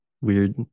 weird